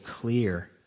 clear